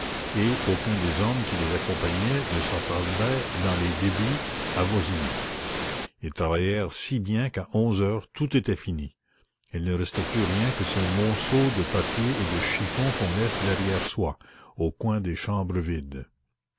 et aucun des hommes qui les accompagnaient ne s'attarda dans les débits avoisinants ils travaillèrent si bien qu'à onze heures tout était fini il ne restait plus rien que ces monceaux de papiers et de chiffons qu'on laisse derrière soi aux coins des chambres vides